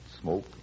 smoke